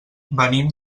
venim